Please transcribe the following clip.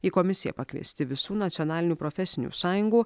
į komisiją pakviesti visų nacionalinių profesinių sąjungų